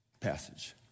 passage